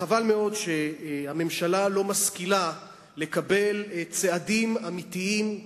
וחבל מאוד שהממשלה לא משכילה לקבל צעדים אמיתיים,